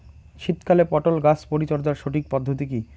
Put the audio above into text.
শীতকালে পটল গাছ পরিচর্যার সঠিক পদ্ধতি কী?